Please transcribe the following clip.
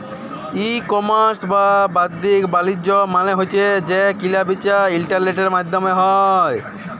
ই commerce বা বাদ্দিক বালিজ্য মালে হছে যে কিলা বিচা ইলটারলেটের মাইধ্যমে হ্যয়